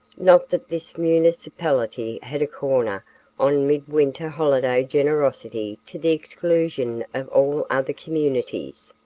not that this municipality had a corner on mid-winter holiday generosity to the exclusion of all other communities.